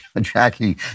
Jackie